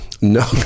No